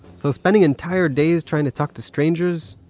so spending entire days trying to talk to strangers,